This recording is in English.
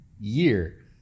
year